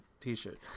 T-shirt